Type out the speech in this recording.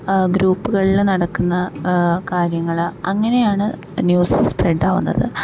ഗ്രൂപ്പുകളിൽ നടക്കുന്ന കാര്യങ്ങള് അങ്ങനെയാണ് ന്യൂസ്സ് സ്പ്രെഡ് ആവുന്നത്